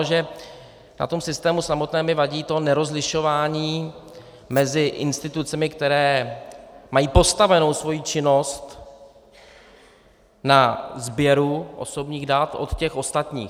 Na tom systému samotném mi vadí to nerozlišování mezi institucemi, které mají postavenu svoji činnost na sběru osobních dat od těch ostatních.